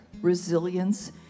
resilience